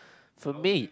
so me